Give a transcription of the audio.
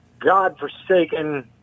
godforsaken